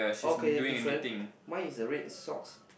okay different mine is a red socks